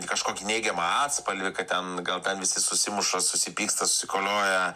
kažkokį neigiamą atspalvį kad ten gal ten visi susimuša susipyksta susikolioja